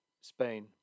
Spain